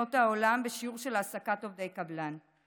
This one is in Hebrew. במדינות העולם בשיעור של העסקת עובדי קבלן.